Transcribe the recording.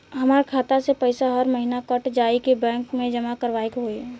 हमार खाता से पैसा हर महीना कट जायी की बैंक मे जमा करवाए के होई?